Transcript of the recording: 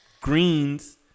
greens